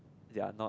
their not